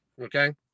Okay